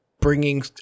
bringing